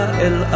el